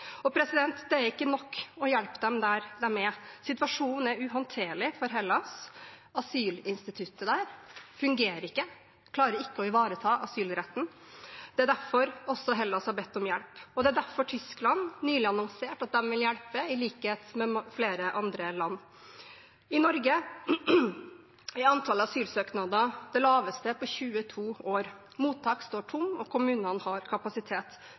Det er ikke nok å hjelpe dem der de er. Situasjonen er uhåndterlig for Hellas. Asylinstituttet der fungerer ikke, de klarer ikke å ivareta asylretten. Det er derfor Hellas har bedt om hjelp, og det er derfor Tyskland nylig har annonsert at de vil hjelpe, i likhet med flere andre land. I Norge er antallet asylsøknader det laveste på 22 år. Mottak står tomme, og kommunene har kapasitet.